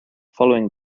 following